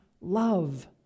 love